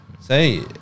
say